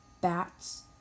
Bats